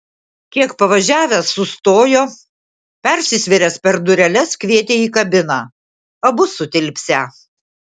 kiek pavažiavęs sustojo persisvėręs per dureles kvietė į kabiną abu sutilpsią